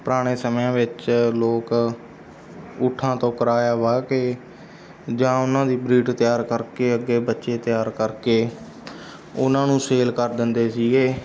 ਪੁਰਾਣੇ ਸਮਿਆਂ ਵਿੱਚ ਲੋਕ ਊਠਾਂ ਤੋਂ ਕਰਵਾਇਆ ਵਾਹ ਕੇ ਜਾਂ ਉਹਨਾਂ ਦੀ ਬਰੀਡ ਤਿਆਰ ਕਰਕੇ ਅੱਗੇ ਬੱਚੇ ਤਿਆਰ ਕਰਕੇ ਉਹਨਾਂ ਨੂੰ ਸੇਲ ਕਰ ਦਿੰਦੇ ਸੀਗੇ